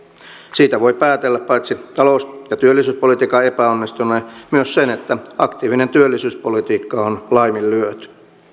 siitä voi päätellä paitsi talous ja työllisyyspolitiikan epäonnistuneen myös sen että aktiivinen työllisyyspolitiikka on laiminlyöty